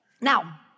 Now